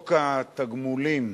חוק התגמולים